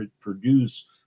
produce